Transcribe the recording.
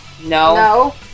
No